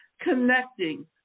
connecting